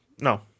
No